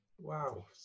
Wow